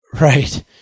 Right